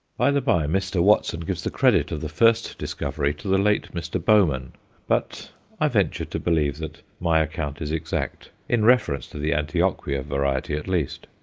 by-the-bye, mr. watson gives the credit of the first discovery to the late mr. bowman but i venture to believe that my account is exact in reference to the antioquia variety, at least.